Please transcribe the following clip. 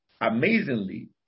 Amazingly